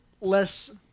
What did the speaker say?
less